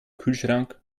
kühlschrank